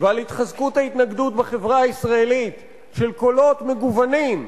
ועל התחזקות ההתנגדות בחברה הישראלית של קולות מגוונים,